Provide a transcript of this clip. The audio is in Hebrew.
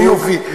איזה יופי,